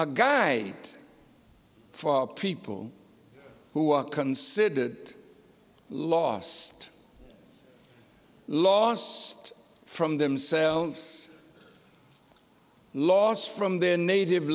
guide for people who are considered that lost loss from themselves lost from their native